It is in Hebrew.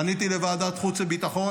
פניתי לוועדת חוץ וביטחון,